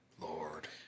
lord